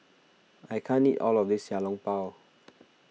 I can't eat all of this Xiao Long Bao